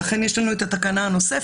לכן יש לנו את התקנה הנוספת,